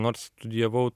nors studijavau